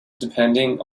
depending